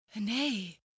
Nay